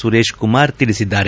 ಸುರೇಶಕುಮಾರ್ ತಿಳಿಸಿದ್ದಾರೆ